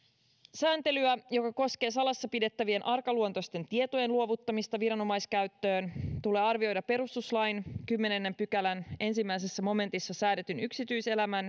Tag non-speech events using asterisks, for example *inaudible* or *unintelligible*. sääntelyä joka koskee salassa pidettävien arkaluontoisten tietojen luovuttamista viranomaiskäyttöön tulee arvioida perustuslain kymmenennen pykälän ensimmäisessä momentissa säädetyn yksityiselämän *unintelligible*